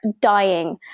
dying